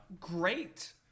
Great